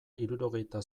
hirurogeita